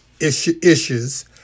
issues